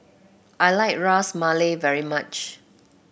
I like Ras Malai very much